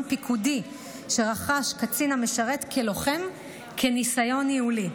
פיקודי שרכש קצין המשרת כלוחם כניסיון ניהולי.